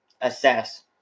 assess